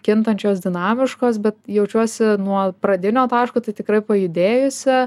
kintančios dinamiškos bet jaučiuosi nuo pradinio taško tai tikrai pajudėjusi